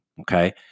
Okay